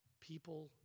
People